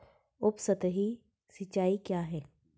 उपसतही सिंचाई क्या है?